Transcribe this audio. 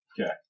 Okay